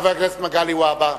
חבר הכנסת מגלי והבה.